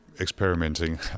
experimenting